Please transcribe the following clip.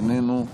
איננו,